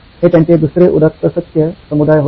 हे त्यांचे दुसरे उदात्त सत्य समुदाय होते